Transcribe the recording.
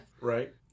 Right